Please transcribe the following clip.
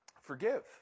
Forgive